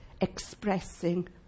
expressing